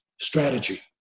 strategy